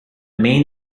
main